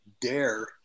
dare